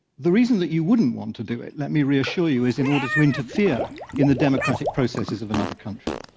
the reason that you wouldn't want to do it, let me reassure you, is in order to interfere in the democratic processes of another country.